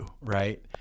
Right